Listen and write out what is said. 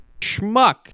Schmuck